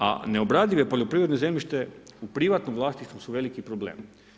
A neobradivo poljoprivredno zemljište u privatnom vlasništvu su veliki problem.